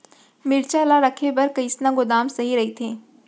मिरचा ला रखे बर कईसना गोदाम सही रइथे?